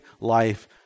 life